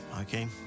okay